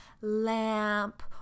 lamp